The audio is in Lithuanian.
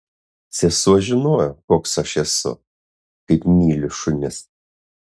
sesuo žinojo koks aš esu kaip myliu šunis